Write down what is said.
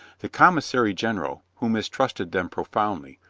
the commissary general, who mistrusted them profoundly,